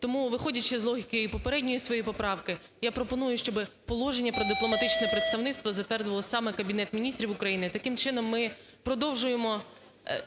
Тому, виходячи із логіки і попередньої своєї поправки, я пропоную, щоб положення про дипломатичне представництво затвердило саме Кабінет Міністрів України. Таким чином, ми продовжуємо…